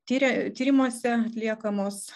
tiria tyrimuose atliekamos